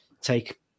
take